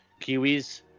Kiwis